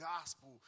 gospel